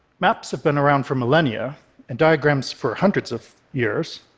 maps have been around for millennia and diagrams for hundreds of years,